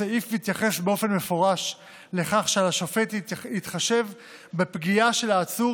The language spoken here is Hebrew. הסעיף מתייחס באופן מפורש לכך שעל השופט להתחשב בפגיעה בעצור